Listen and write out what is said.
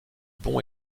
bons